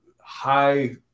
high